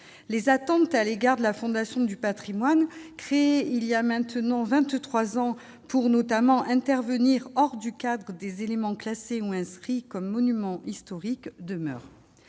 les attentes à l'égard de la Fondation du Patrimoine, créée il y a maintenant 23 ans pour notamment intervenir hors du cadre des éléments classés ou inscrits comme monument historique demeure,